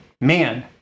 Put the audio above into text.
man